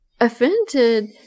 offended